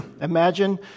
Imagine